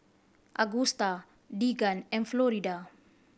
Agusta Deegan and Florida